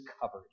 covered